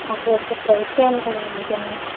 okay okay try చెయ్యండి ఎందుకైనా